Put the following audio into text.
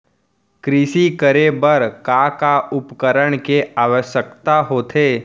कृषि करे बर का का उपकरण के आवश्यकता होथे?